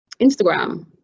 Instagram